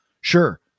Sure